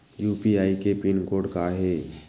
UPI के PIN code का हे?